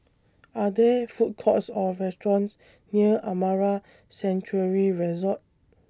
Are There Food Courts Or restaurants near Amara Sanctuary Resort